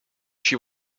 she